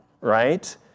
Right